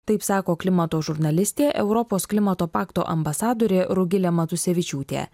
taip sako klimato žurnalistė europos klimato pakto ambasadorė rugilė matusevičiūtė